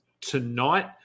tonight